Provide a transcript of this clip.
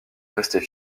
restait